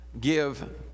give